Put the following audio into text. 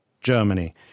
Germany